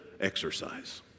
exercise